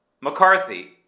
McCarthy